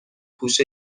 پوش